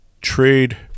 trade